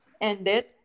ended